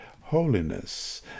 holiness